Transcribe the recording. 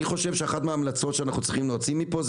אני חושב שאחת מההמלצות שאנחנו צריכים להוציא פה זאת